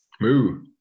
moo